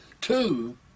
Two